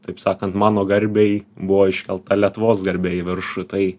taip sakan mano garbei buvo iškelta lietuvos garbė į viršų tai